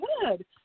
Good